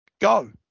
Go